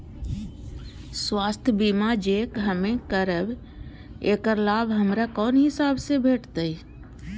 स्वास्थ्य बीमा जे हम करेब ऐकर लाभ हमरा कोन हिसाब से भेटतै?